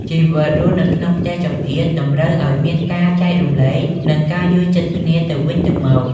ជីវិតរស់នៅក្នុងផ្ទះចង្អៀតតម្រូវឲ្យមានការ ចែករំលែក និងការយល់ចិត្តគ្នាទៅវិញទៅមក។